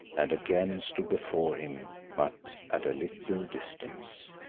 and again stood before him but at a little distance.